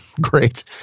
great